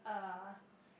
uh